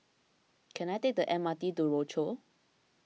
can I take the M R T to Rochor